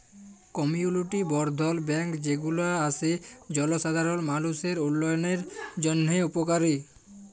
community বর্ধল bank যে গুলা আসে জলসাধারল মালুষের উল্যয়নের জন্হে উপকারী